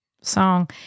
song